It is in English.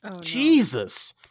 jesus